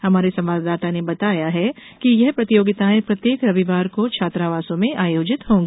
हमारे संवाददाता ने बताया है कि यह प्रतियोगिताएं प्रत्येक रविवार को छात्रावासों में आयोजित होगी